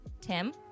Tim